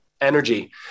energy